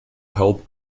help